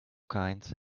kind